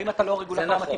האם אתה לא הרגולטור המתאים.